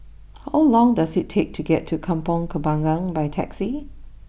how long does it take to get to Kampong Kembangan by taxi